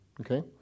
okay